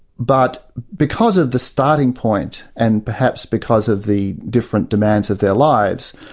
but because of the starting point and perhaps because of the different demands of their lives,